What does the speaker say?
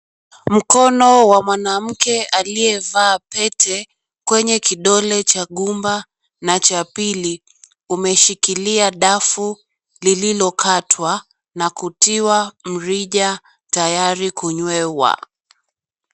Mkono wa mwanamke ,aliyevaa Pete kwenye kidole cha gumba na Cha pili. umeshikilia dafu lililokatwa na kutiwa mrija .Tayari kunywewa.